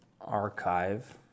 archive